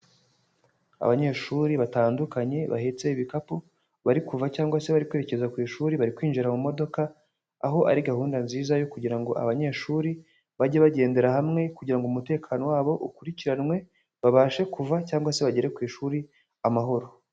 Abanyeshuri batandukanye bahetse ibikapu bari kuva cyangwa se bari kwerekeza ku ishuri bari kwinjira mu modoka, aho ari gahunda nziza yo kugira ngo abanyeshuri bajye bagendera hamwe kugira ngo umutekano wabo ukurikiranwe, babashe kuva cyangwa se bagere ku ishuri amahoro.